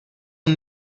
اون